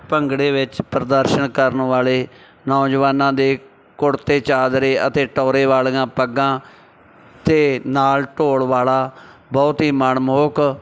ਭੰਗੜੇ ਵਿੱਚ ਪ੍ਰਦਰਸ਼ਨ ਕਰਨ ਵਾਲੇ ਨੌਜਵਾਨਾਂ ਦੇ ਕੁੜਤੇ ਚਾਦਰੇ ਅਤੇ ਟੌਹਰੇ ਵਾਲੀਆਂ ਪੱਗਾਂ ਅਤੇ ਨਾਲ ਢੋਲ ਵਾਲਾ ਬਹੁਤ ਹੀ ਮਨਮੋਹਕ